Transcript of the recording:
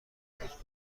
پوست